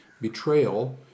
betrayal